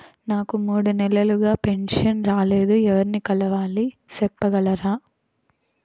నాకు మూడు నెలలుగా పెన్షన్ రాలేదు ఎవర్ని కలవాలి సెప్పగలరా?